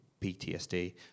PTSD